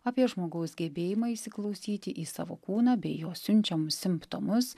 apie žmogaus gebėjimą įsiklausyti į savo kūną bei jo siunčiamus simptomus